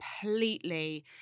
completely